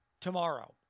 tomorrow